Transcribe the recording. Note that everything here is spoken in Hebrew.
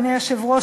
אדוני היושב-ראש,